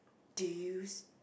do you